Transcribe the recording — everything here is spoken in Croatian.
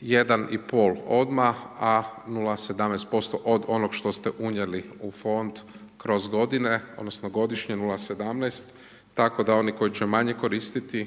1,5 odmah a 0,17% od onog što ste unijeli u fond kroz godine, odnosno godišnje 0,17. Tako da oni koji će manje koristiti